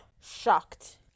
shocked